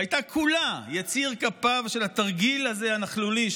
שהייתה כולה יציר כפיו של התרגיל הנכלולי הזה,